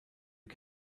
you